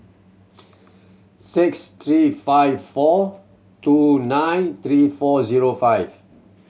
six three five four two nine three four zero five